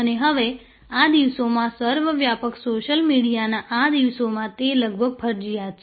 અને હવે આ દિવસોમાં સર્વવ્યાપક સોશિયલ મીડિયાના આ દિવસોમાં તે લગભગ ફરજિયાત છે